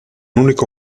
unico